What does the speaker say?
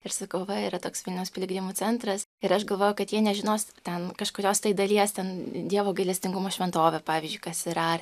ir sakau va yra toks vilniaus piligrimų centras ir aš galvoju kad jie nežinos ten kažkurios dalies ten dievo gailestingumo šventovė pavyzdžiui kas yra